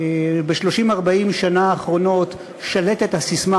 ב-40-30 שנה האחרונות שלטת הססמה,